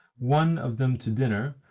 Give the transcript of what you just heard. one of them to dinner,